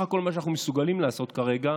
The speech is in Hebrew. הכול את מה שאנחנו מסוגלים לעשות כרגע,